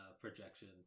projection